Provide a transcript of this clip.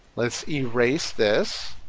let's erase this